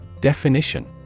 DEFINITION